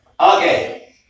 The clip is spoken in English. Okay